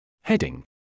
Heading